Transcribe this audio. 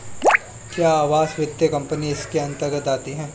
क्या आवास वित्त कंपनी इसके अन्तर्गत आती है?